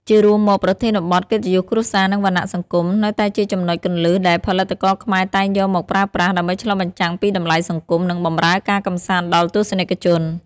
ជារួមមក ប្រធានបទ កិត្តិយសគ្រួសារ និងវណ្ណៈសង្គម នៅតែជាចំណុចគន្លឹះដែលផលិតករខ្មែរតែងយកមកប្រើប្រាស់ដើម្បីឆ្លុះបញ្ចាំងពីតម្លៃសង្គម និងបម្រើការកម្សាន្តដល់ទស្សនិកជន។